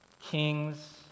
kings